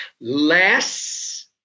less